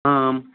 आम्